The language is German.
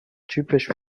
typisch